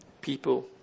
people